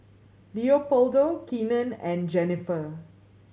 Leopoldo Keenan and Jennifer